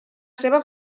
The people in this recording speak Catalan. seva